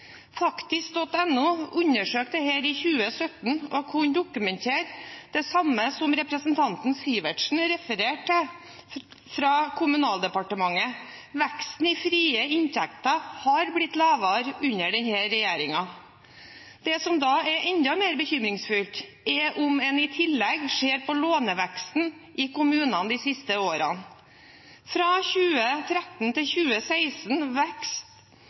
i 2017 og kunne dokumentere det samme som representanten Sivertsen refererte til fra Kommunaldepartementet. Veksten i frie inntekter er blitt lavere under denne regjeringen. Det som er enda mer bekymringsfullt, er låneveksten i kommunene de siste årene. Fra 2013 til 2016